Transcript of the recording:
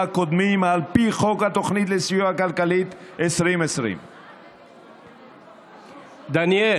הקודמים על פי חוק התוכנית לסיוע כלכלי 2020. דניאל.